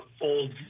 old